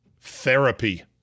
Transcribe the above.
therapy